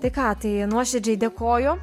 tai ką tai nuoširdžiai dėkoju